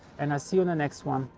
and i see you in the next one.